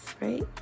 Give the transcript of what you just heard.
right